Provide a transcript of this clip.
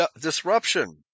disruption